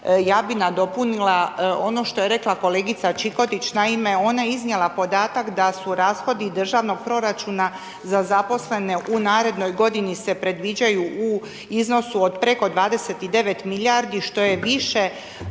Ja bih nadopunila ono što je rekla kolegica Čikotić, naime, ona je iznijela podatak da su rashodi državnog proračuna za zaposlene u narednoj godini se predviđaju u iznosu od preko 29 milijardi, što je više,